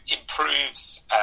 improves